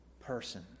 person